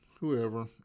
Whoever